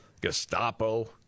Gestapo